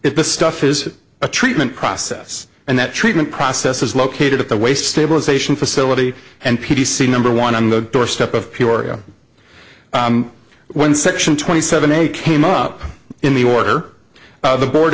if the stuff is a treatment process and that treatment process is located at the waste stabilisation facility and p t c number one on the doorstep of peoria when section twenty seven a came up in the order the board